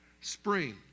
Spring